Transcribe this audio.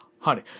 Honey